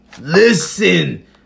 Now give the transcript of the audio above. Listen